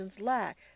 lack